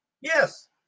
yes